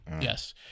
Yes